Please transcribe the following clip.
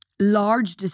Large